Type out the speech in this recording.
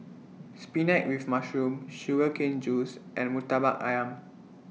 Spinach with Mushroom Sugar Cane Juice and Murtabak Ayam